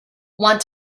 want